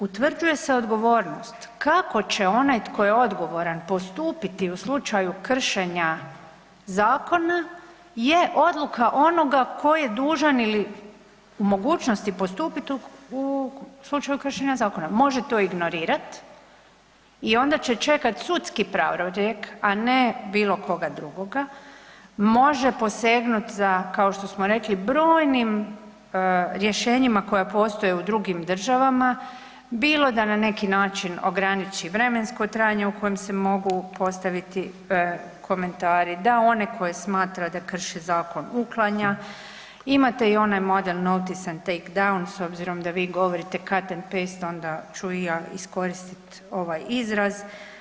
Utvrđuje se odgovornost kako će onaj tko je odgovaran postupiti u slučaju kršenja zakona je odluka onoga tko je dužan ili u mogućnost postupiti u slučaju kršenja zakona, može to ignorirat i onda će čekat sudski pravorijek a ne bilokoga drugoga, može posegnuti za kao što smo rekli, brojnim rješenjima koja postoje u drugim državama, bilo da na neki način ograniči vremenskom trajanje u kojem se mogu postaviti komentari, da one koje smatra da krše zakon uklanja, imate i onaj modern notice and take down s obzirom da vi govorite cut-paste, onda ću i ja iskoristit ovaj izraz.